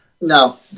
No